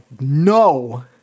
no